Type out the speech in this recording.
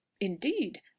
indeed